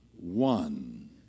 one